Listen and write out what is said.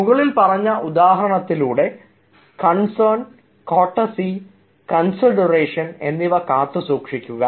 മുകളിൽ പറഞ്ഞ ഉദാഹരണത്തിലൂടെ കൺസേൺ കോർട്ടസി കൺസിഡറേഷൻ എന്നിവ കാത്തുസൂക്ഷിക്കുക